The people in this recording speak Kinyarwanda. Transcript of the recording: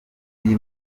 iyi